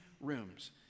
rooms